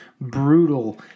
brutal